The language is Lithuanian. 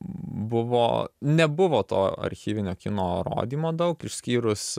buvo nebuvo to archyvinio kino rodymo daug išskyrus